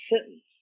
sentence